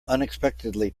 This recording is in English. unexpectedly